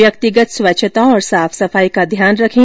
व्यक्तिगत स्वच्छता और साफ सफाई का ध्यान रखें